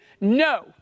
no